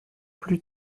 plus